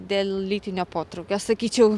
dėl lytinio potraukio sakyčiau